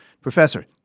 Professor